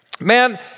man